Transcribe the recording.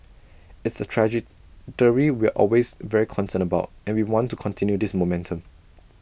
it's the trajectory we're always very concerned about and we want to continue this momentum